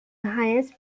highest